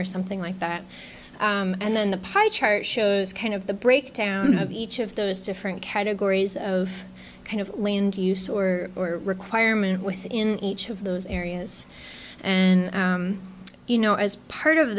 or something like that and then the pie chart shows kind of the breakdown of each of those different categories of kind of land use or or requirement within each of those areas and you know as part of